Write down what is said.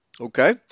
Okay